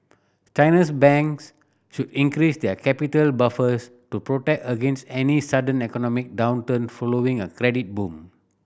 China's banks should increase their capital buffers to protect against any sudden economic downturn following a credit boom